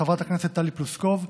חברת הכנסת טלי פלוסקוב,